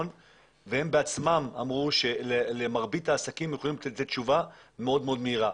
והם בעצמם אמרו שלמרבית העסקים הם יכולים לתת תשובה מאוד מאוד מהירה.